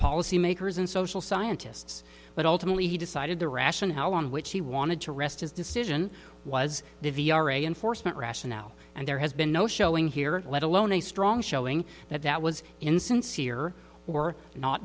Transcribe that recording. policymakers and social scientists but ultimately he decided the rationale on which he wanted to rest his decision was a enforcement rationale and there has been no showing here let alone a strong showing that that was insincere or not